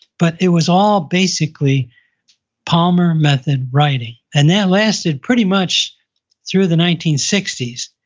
but it was all basically palmer method writing and that lasted pretty much through the nineteen sixty s.